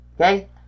okay